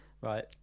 Right